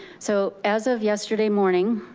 so as of yesterday morning,